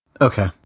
Okay